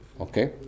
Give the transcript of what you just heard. Okay